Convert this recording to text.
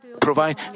provide